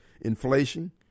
inflation